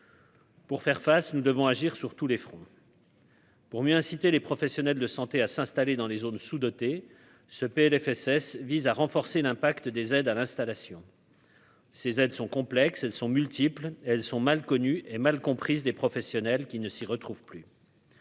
Pour faire face, nous devons agir sur tous les. Pour mieux inciter les professionnels de santé à s'installer dans les zones sous-dotées ce PLFSS vise à renforcer l'impact des aides à l'installation. Ces aides sont complexes, elles sont multiples, elles sont mal connues et mal comprise des professionnels qui ne s'y retrouve plus.